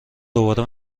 دوباره